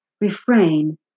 refrain